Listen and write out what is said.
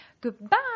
goodbye